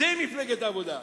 זה מפלגת העבודה.